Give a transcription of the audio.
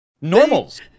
Normals